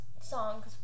songs